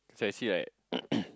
so you see right